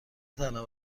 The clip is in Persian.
تنها